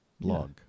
blog